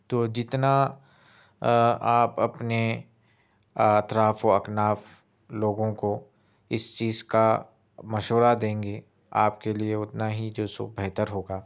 تو جتنا آپ اپنے اطراف و اکناف لوگوں کو اس چیز کا مشورہ دیں گے آپ کے لیے اتنا ہی جو سو بہتر ہوگا